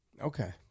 Okay